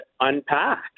unpack